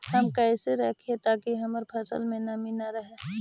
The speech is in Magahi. हम कैसे रखिये ताकी हमर फ़सल में नमी न रहै?